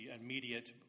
immediate